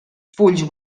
fulls